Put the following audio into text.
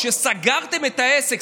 שסגרתם את העסק,